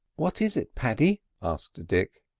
what is it, paddy? asked dick.